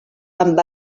amb